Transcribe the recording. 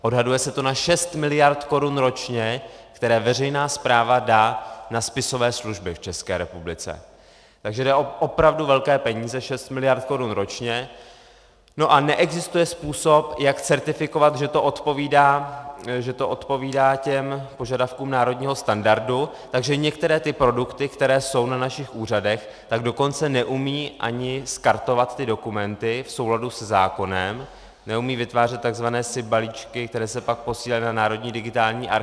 Odhaduje se to na 6 mld. Kč ročně, které veřejná správa dá na spisové služby v České republice, takže jde o opravdu velké peníze, 6 mld. Kč ročně, a neexistuje způsob, jak certifikovat, že to odpovídá těm požadavků národního standardu, takže některé produkty, které jsou na našich úřadech, tak dokonce neumí ani skartovat ty dokumenty v souladu se zákonem, neumí vytvářet tzv. SIP balíčky, které se pak posílají na Národní digitální archiv.